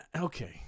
Okay